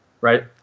right